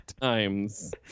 times